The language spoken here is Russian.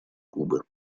губы